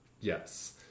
Yes